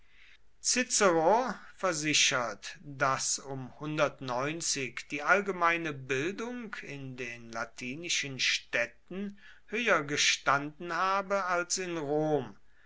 versichert daß um die allgemeine bildung in den launischen städten höher gestanden habe als in rom